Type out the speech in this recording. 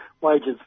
wages